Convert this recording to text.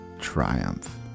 triumph